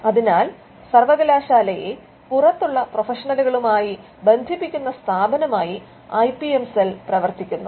അതിനാൽ സർവ്വകലാശാലയെ പുറത്തുള്ള പ്രൊഫഷണലുകളുമായി ബന്ധിപ്പിക്കുന്ന സ്ഥാപനമായി ഐ പി എം സെൽ പ്രവർത്തിക്കുന്നു